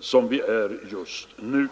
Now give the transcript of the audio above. som just nu.